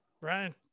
Brian